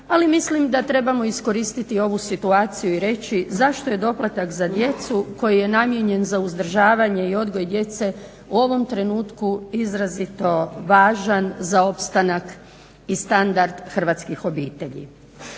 Ali mislim da trebamo iskoristiti ovu situaciju i reći zašto je doplatak za djecu koji je namijenjen za uzdržavanje i odgoj djece u ovom trenutku izrazito važan za opstanak i standard hrvatskih obitelji.